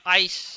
ice